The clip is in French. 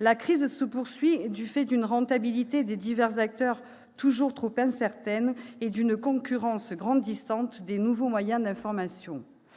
La crise se poursuit du fait d'une rentabilité des divers acteurs toujours trop incertaine et d'une concurrence grandissante des nouveaux moyens d'information.